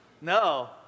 No